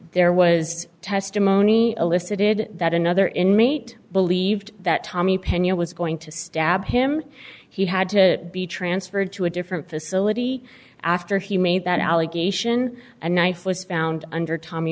there was testimony elicited that another inmate believed that tommy pena was going to stab him he had to be transferred to a different facility after he made that allegation a knife was found under tommy